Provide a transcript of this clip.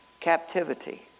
captivity